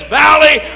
valley